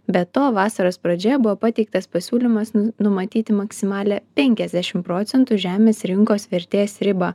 be to vasaros pradžioje buvo pateiktas pasiūlymas numatyti maksimalią penkiasdešim procentų žemės rinkos vertės ribą